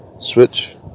Switch